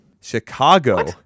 Chicago